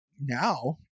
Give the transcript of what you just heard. now